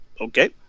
okay